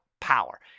power